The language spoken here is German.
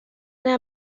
der